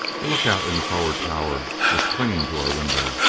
lookout in the forward tower was clinging to our window.